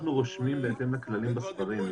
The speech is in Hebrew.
אנחנו רושמים בהתאם לכללים בספרים.